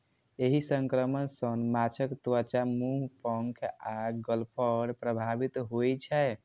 एहि संक्रमण सं माछक त्वचा, मुंह, पंख आ गलफड़ प्रभावित होइ छै